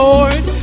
Lord